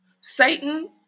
Satan